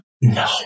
No